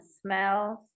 smells